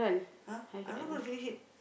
!huh! I'm not going to finish it